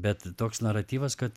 bet toks naratyvas kad